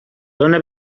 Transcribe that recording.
dona